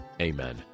Amen